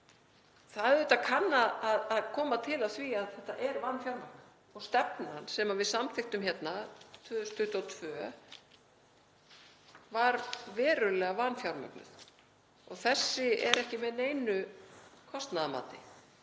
Það auðvitað kann að koma til af því að þetta er vanfjármagnað. Stefnan sem við samþykktum hérna 2022 var verulega vanfjármögnuð og þessi er ekki með neinu kostnaðarmati.